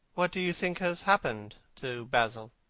what do you think has happened to basil?